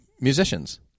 musicians